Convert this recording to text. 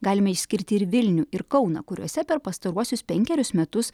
galime išskirti ir vilnių ir kauną kuriuose per pastaruosius penkerius metus